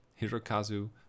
Hirokazu